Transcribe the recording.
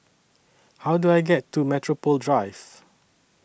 How Do I get to Metropole Drive